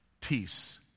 peace